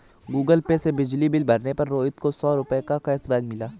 Google Pay से बिजली bill भरने पर रोहित को सौ रूपए का कैशबैक मिला